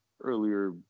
earlier